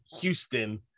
Houston